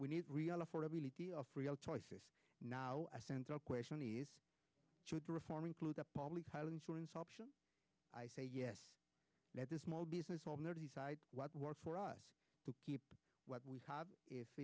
we need real affordability of real choices now a central question is should the reform include a public trial insurance option i say yes let the small business owner decide what works for us to keep what we have if